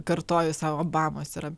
kartoju sau obamos yra